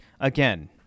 Again